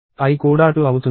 i కూడా 2 అవుతుంది